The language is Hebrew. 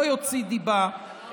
לא יוציא דיבה,